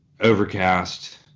overcast